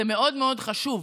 זה מאוד מאוד חשוב,